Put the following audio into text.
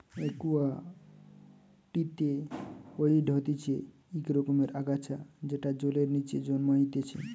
একুয়াটিকে ওয়িড হতিছে ইক রকমের আগাছা যেটা জলের নিচে জন্মাইতিছে